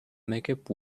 makeup